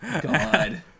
God